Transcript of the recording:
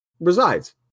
resides